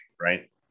right